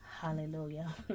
hallelujah